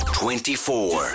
twenty-four